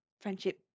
friendship